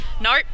nope